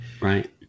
Right